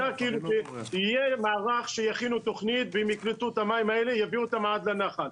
שיהיה מערך שיכין תכנית ויקלטו את המים האלה ויביאו אותם עד הנחל.